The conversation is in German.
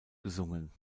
gesungen